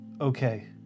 okay